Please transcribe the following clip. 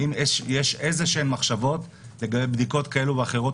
האם יש איזשהן מחשבות לגבי בדיקות כאלו ואחרות